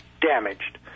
damaged